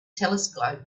telescope